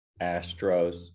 Astros